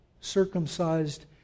circumcised